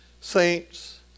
saints